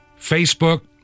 Facebook